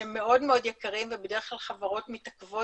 שהם מאוד מאוד יקרים ובדרך כלל חברות מתעכבות